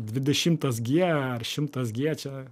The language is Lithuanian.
dvidešimtas gie ar šimtas gie čia